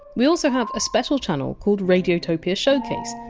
we also have a special channel called radiotopia showcase,